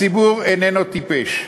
הציבור איננו טיפש,